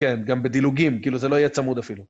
כן, גם בדילוגים, כאילו זה לא יהיה צמוד אפילו.